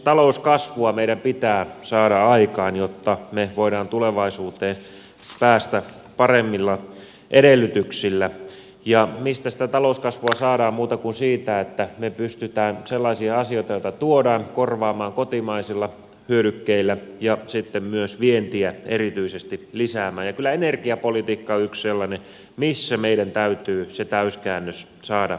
talouskasvua meidän pitää saada aikaan jotta me voimme tulevaisuuteen päästä paremmilla edellytyksillä ja mistä sitä talouskasvua saadaan muuta kuin siitä että me pystymme sellaisia asioita joita tuodaan korvaamaan kotimaisilla hyödykkeillä ja sitten myös vientiä erityisesti lisäämään ja kyllä energiapolitiikka on yksi sellainen missä meidän täytyy se täyskäännös saada aikaan